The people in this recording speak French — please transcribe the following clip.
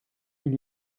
nous